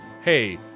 hey